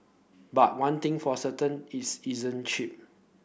but one thing for certain it's isn't cheap